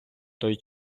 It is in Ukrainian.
той